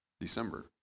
December